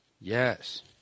Yes